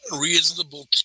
reasonable